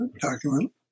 document